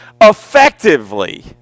effectively